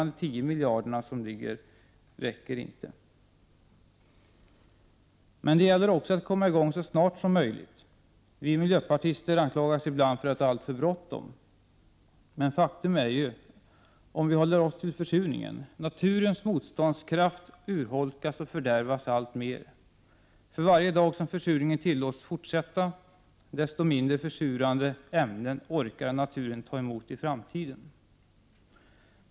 De 10 miljarder som nu anslagits räcker inte. Det gäller också att komma i gång så snart som möjligt. Vi miljöpartister anklagas ibland för att ha alltför bråttom. Men faktum är — om vi håller oss till försurningen — att naturens motståndskraft urholkas och fördärvas alltmer. För varje dag som försurningen tillåts fortsätta orkar naturen ta emot allt mindre försurande ämnen.